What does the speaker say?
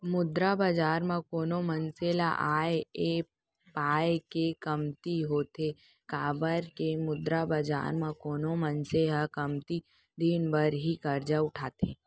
मुद्रा बजार म कोनो मनसे ल आय ऐ पाय के कमती होथे काबर के मुद्रा बजार म कोनो मनसे ह कमती दिन बर ही करजा उठाथे